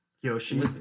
Yoshi